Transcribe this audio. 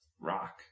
Rock